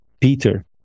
Peter